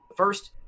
First